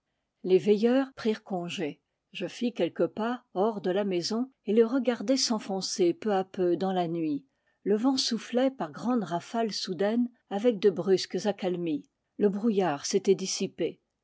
les veilleurs prirent congé je fis quelques pas hors de la maison et les regardai s'enfoncer peu à peu dans la nuit le vent soufflait par grandes rafales soudaines avec de brusques accalmies le brouillard s'était dissipé